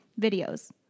videos